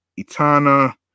Itana